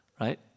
right